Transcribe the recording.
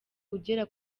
ugera